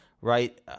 right